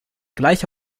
gleich